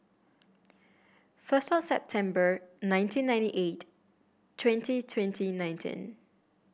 first September nineteen ninety eight twenty twenty nineteen